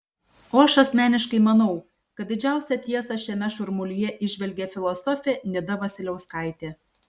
o aš asmeniškai manau kad didžiausią tiesą šiame šurmulyje įžvelgė filosofė nida vasiliauskaitė